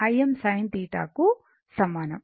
Im sin కు సమానం